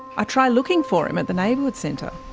i try looking for him at the neighbourhood centre.